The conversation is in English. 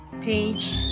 page